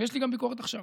ויש לי גם ביקורת עכשיו.